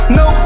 no